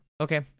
okay